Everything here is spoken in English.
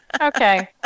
Okay